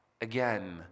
again